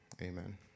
amen